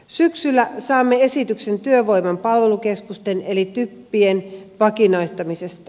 syksyllä saamme esityksen työvoiman palvelukeskusten eli typien vakinaistamisesta